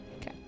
Okay